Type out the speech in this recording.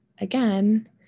again